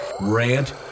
Rant